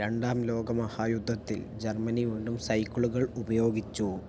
രണ്ടാം ലോകമഹായുദ്ധത്തിൽ ജർമ്മനി വീണ്ടും സൈക്കിളുകൾ ഉപയോഗിച്ചു